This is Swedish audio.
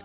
gr.